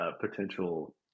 potential